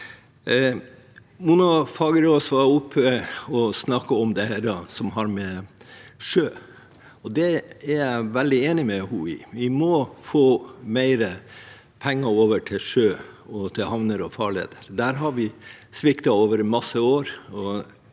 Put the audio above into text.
Mona Fagerås var oppe og snakket om sjø i denne sammenheng, og der er jeg veldig enig med henne. Vi må få mer penger over til sjø og til havner og farleier. Der har vi sviktet over mange år,